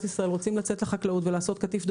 שרוצים להגיע לאזורים הכפריים ולעשות קטיף,